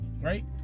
Right